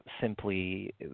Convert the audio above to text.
simply